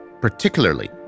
particularly